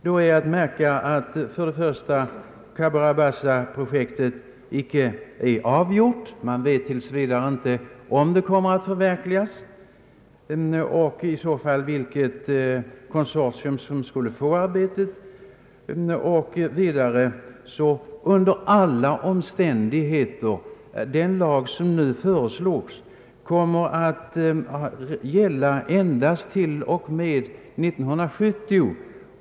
Då är först att märka att Cabora Bassa-projektet inte är avgjort. Man vet tills vidare inte om det kommer att förverkligas eller i så fall vilket konsortium som skall få utföra arbetet. Vidare kommer den lag som nu föreslås att gälla endast till och med år 1970.